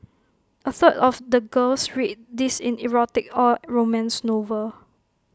A third of the girls read these in erotic or romance novels